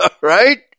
Right